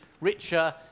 richer